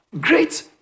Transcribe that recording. great